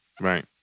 Right